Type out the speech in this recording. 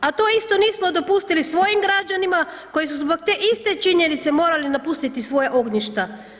A to isto nismo dopustili svojim građanima koji su zbog te iste činjenice morali napustiti svoja ognjišta.